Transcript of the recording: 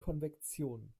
konvektion